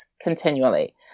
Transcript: continually